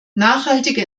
nachhaltige